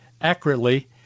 accurately